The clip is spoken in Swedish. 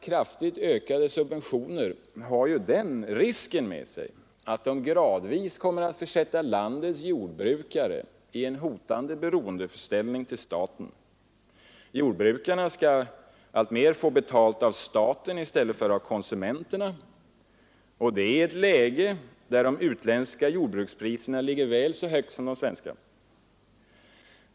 Kraftigt ökade subventioner härvidlag medför ju den risken att de gradvis kommer att försätta landets jordbrukare i en hotande beroendeställning till staten. Jordbrukarna skall alltmer få betalt av staten i stället för av konsumenterna och det i ett läge där de utländska jordbrukspriserna ligger väl så högt som de svenska.